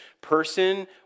person